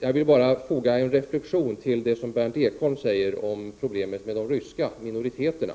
Jag vill bara foga en reflexion till det som Berndt Ekholm sade om problemet med de ryska minoriteterna.